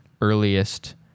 earliest